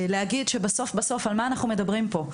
בסוף על מה אנחנו מדברים פה?